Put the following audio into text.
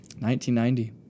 1990